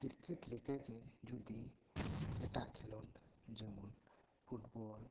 cricket ᱞᱮᱠᱟ ᱜᱮ ᱡᱩᱫᱤ ᱮᱴᱟᱜ ᱠᱷᱮᱞᱳᱰ ᱡᱮᱢᱚᱱ ᱯᱷᱩᱴᱵᱚᱞ